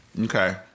okay